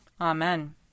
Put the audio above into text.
Amen